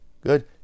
Good